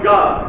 God